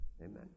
Amen